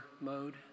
mode